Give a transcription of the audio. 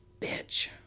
bitch